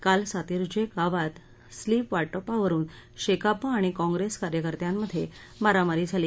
काल सातिर्जे गावात स्लीप वाटपावरून शेकाप आणि कॉप्रेस कार्यकर्त्यामध्ये मारामारी झाली